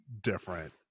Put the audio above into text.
different